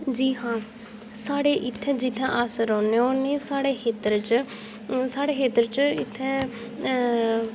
जी हां साढ़े इत्थे जित्थै अस रौह्ने होने साढ़े खेत्तर च